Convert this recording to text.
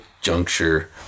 juncture